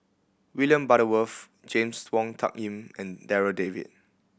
William Butterworth James Wong Tuck Yim and Darryl David